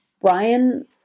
Brian